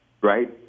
Right